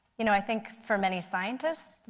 you know i think for many scientists,